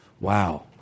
Wow